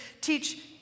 teach